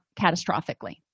catastrophically